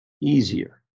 easier